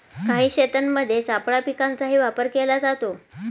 काही शेतांमध्ये सापळा पिकांचाही वापर केला जातो